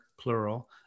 plural